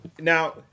now